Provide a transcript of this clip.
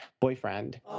boyfriend